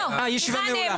הישיבה נעולה.